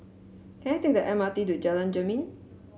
can I take the M R T to Jalan Jermin